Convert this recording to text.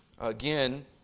again